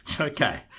Okay